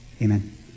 Amen